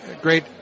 great